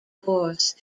force